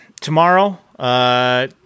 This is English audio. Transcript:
Tomorrow –